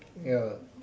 ya